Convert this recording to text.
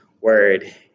word